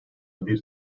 bir